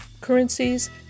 currencies